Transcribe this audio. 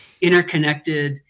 interconnected